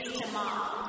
tomorrow